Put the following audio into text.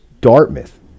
Dartmouth